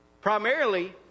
Primarily